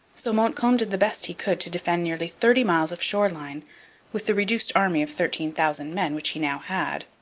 so montcalm did the best he could to defend nearly thirty miles of shoreline with the reduced army of thirteen thousand men which he now had.